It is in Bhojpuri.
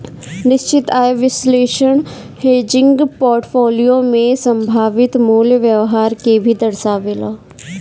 निश्चित आय विश्लेषण हेजिंग पोर्टफोलियो में संभावित मूल्य व्यवहार के भी दर्शावेला